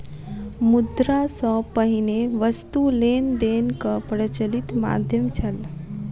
मुद्रा सॅ पहिने वस्तु लेन देनक प्रचलित माध्यम छल